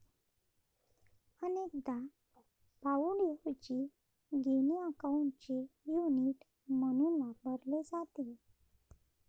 अनेकदा पाउंडऐवजी गिनी अकाउंटचे युनिट म्हणून वापरले जाते